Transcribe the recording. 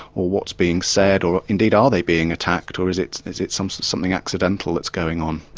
or what's being said, or indeed are they being attacked, or is it is it something something accidental that's going on.